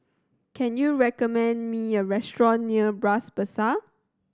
can you recommend me a restaurant near Bras Basah